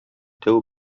дәү